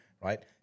right